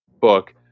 book